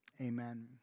Amen